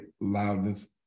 loudness